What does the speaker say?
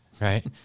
right